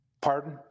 Pardon